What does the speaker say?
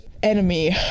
enemy